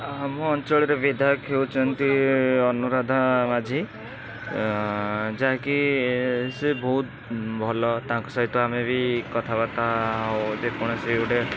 ଆମ ଅଞ୍ଚଳରେ ବିଧାୟକ ହେଉଛନ୍ତି ଅନୁରାଧା ମାଝି ଯାହା କି ସେ ବହୁତ ଭଲ ତାଙ୍କ ସହିତ ଆମେ ବି କଥାବାର୍ତ୍ତା ଆଉ ଯେକୌଣସି ଗୋଟେ